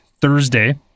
Thursday